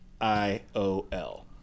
I-O-L